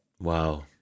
Wow